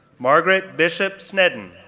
margaret bishop snedden,